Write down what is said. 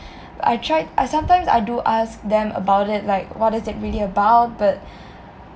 I tried I sometimes I do ask them about it like what is it really about but